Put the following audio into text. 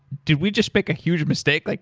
did we just pick a huge mistake? like